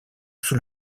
sous